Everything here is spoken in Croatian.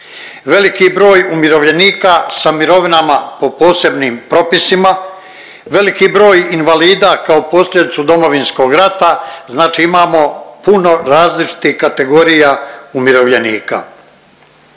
veliki broj umirovljenika sa mirovinama po posebnim propisima, veliki broj invalida kao posljedicu Domovinskog rata, znači imamo puno različitih kategorija umirovljenika.